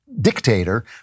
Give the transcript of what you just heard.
dictator